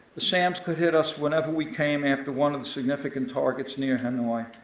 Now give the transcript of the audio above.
the sams could hit us whenever we came after one of the significant targets near hanoi,